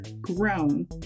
grown